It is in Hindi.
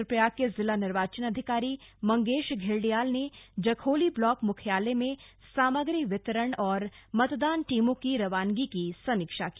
रुद्रप्रयाग के जिला निर्वाचन अधिकारी मंगेश घिल्डियाल ने जखोली ब्लॉक मुख्यालय में सामग्री वितरण और मतदान टीमों की रवानगी की समीक्षा की